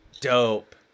Dope